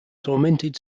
tormented